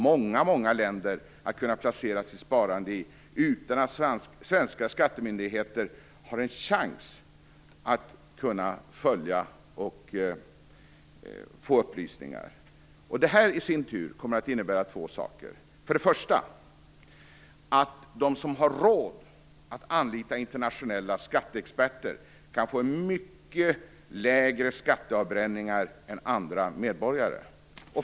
Det finns många länder att placera sitt sparande i utan att svenska skattemyndigheter har en chans att följa det och få upplysningar. Det kommer i sin tur att innebära två saker. För det första kommer det att innebära att de som har råd att anlita internationella skatteexperter kan få mycket lägre skatteavbränningar än andra medborgare.